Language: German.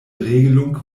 regelung